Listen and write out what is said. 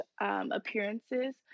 appearances